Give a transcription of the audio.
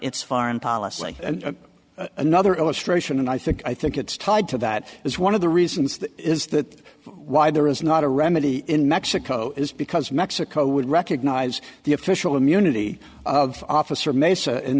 its foreign policy another illustration and i think i think it's tied to that is one of the reasons that is that why there is not a remedy in mexico is because mexico would recognize the official immunity of officer mason in